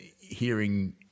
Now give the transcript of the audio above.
hearing